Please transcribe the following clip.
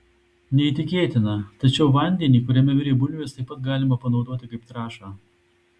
neįtikėtina tačiau vandenį kuriame virė bulvės taip pat galima panaudoti kaip trąšą